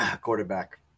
quarterback